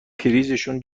پریزشون